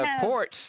ports